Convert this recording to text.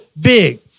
big